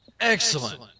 Excellent